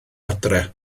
adre